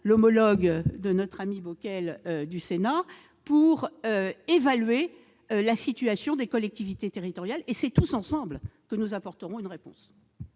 nationale de notre ami Jean-Marie Bockel, pour évaluer la situation des collectivités territoriales. C'est tous ensemble que nous apporterons une réponse